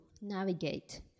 navigate